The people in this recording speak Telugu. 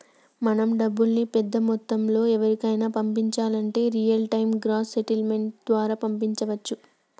మనం డబ్బుల్ని పెద్ద మొత్తంలో ఎవరికైనా పంపించాలంటే రియల్ టైం గ్రాస్ సెటిల్మెంట్ ద్వారా పంపించవచ్చు